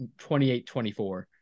28-24